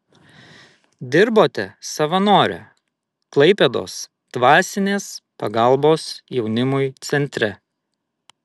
dirbote savanore klaipėdos dvasinės pagalbos jaunimui centre